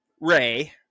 Ray